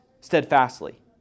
steadfastly